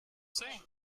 say